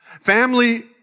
Family